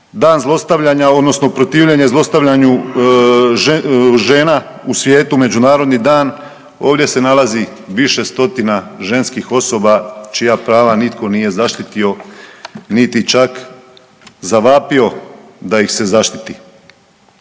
dan zlostavljanja odnosno protivljenje zlostavljanju žena u svijetu međunarodni dan, ovdje se nalazi više stotina ženskih osoba čija prava nitko nije zaštitio, niti čak zavapio da ih se zaštiti.